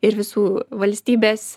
ir visų valstybės